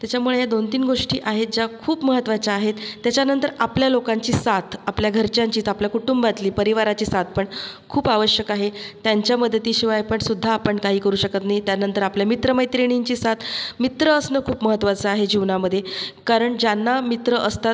त्याच्यामुळे या दोनतीन गोष्टी आहेत ज्या खूप महत्त्वाच्या आहेत त्याच्यानंतर आपल्या लोकांची साथ आपल्या घरच्यांचीत आपल्या कुटुंबातली परिवाराची साथपण खूप आवश्यक आहे त्यांच्या मदतीशिवाय पण सुद्धा आपण काही करू शकत नाही त्यांनतर आपल्या मित्रमैत्रिणींची साथ मित्र असणं खूप महत्त्वाचं आहे जीवनामध्ये कारण ज्यांना मित्र असतात